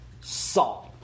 salt